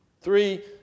Three